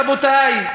רבותי,